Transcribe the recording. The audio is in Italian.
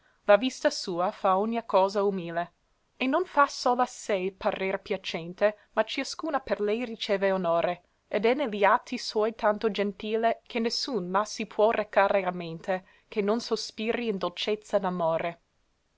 la vista sua fa ogne cosa umile e non fa sola sé parer piacente ma ciascuna per lei riceve onore ed è ne li atti suoi tanto gentile che nessun la si può recare a mente che non sospiri in dolcezza